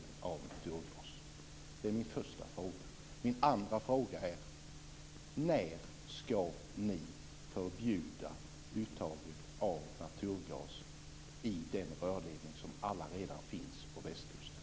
Det var min första fråga. Min andra fråga är följande. När skall ni förbjuda uttaget av naturgas i den rörledning som allaredan finns på västkusten?